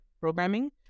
programming